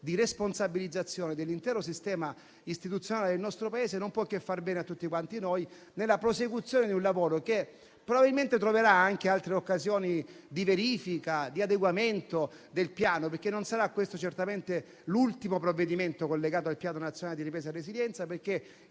di responsabilizzazione dell'intero sistema istituzionale del nostro Paese non può che far bene a tutti quanti noi, nella prosecuzione di un lavoro che probabilmente troverà anche altre occasioni di verifica e di adeguamento del Piano. Infatti, non sarà questo certamente l'ultimo provvedimento collegato al Piano nazionale di ripresa e resilienza, perché,